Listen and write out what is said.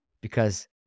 because-